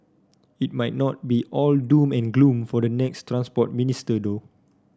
it might not be all doom and gloom for the next Transport Minister though